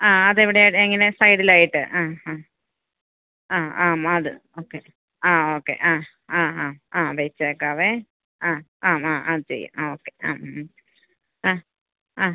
ആ അതവിടെ എങ്ങനെ സൈഡിലായിട്ട് ആ ആ ആ ആം അത് ഓക്കെ ആ ഓക്കെ ആ ആ ആ ആ വെച്ചേക്കാമേ ആ എന്നാൽ അത് ചെയ്യാം ആ ഓക്കെ ആ മ് മ് ആ ആ